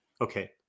okay